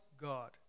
God